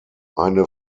eine